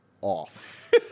off